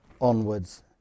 onwards